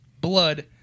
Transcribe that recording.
blood